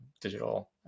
digital